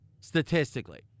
statistically